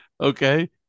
Okay